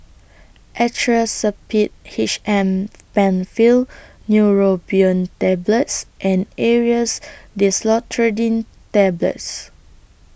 Actrapid H M PenFill Neurobion Tablets and Aerius DesloratadineTablets